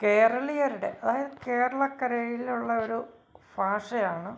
കേരളീയരുടെ അതായത് കേരളക്കരയിലുള്ളൊരു ഭാഷയാണ്